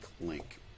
link